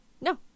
No